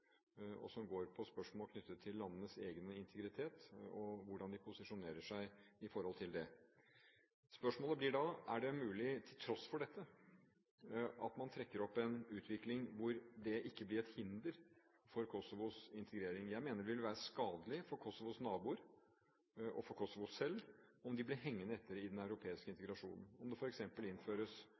og som går på spørsmål knyttet til landenes egen integritet og hvordan de posisjonerer seg i forhold til det. Spørsmålet blir da: Er det mulig at man, til tross for dette, trekker opp en utvikling hvor det ikke blir et hinder for Kosovos integrering? Jeg mener det vil være skadelig for Kosovos naboer og for Kosovo selv om de blir hengende etter i den europeiske integrasjonen – om det f.eks. innføres